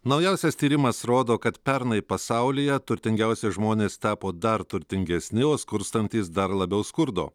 naujausias tyrimas rodo kad pernai pasaulyje turtingiausi žmonės tapo dar turtingesni o skurstantys dar labiau skurdo